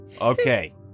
Okay